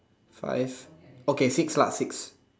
five okay six lah six